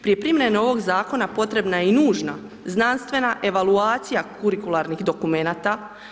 Prije primjene ovog Zakona potrebna je nužna, znanstvena evaluacija kurikularnih dokumenata.